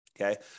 Okay